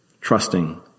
trusting